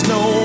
no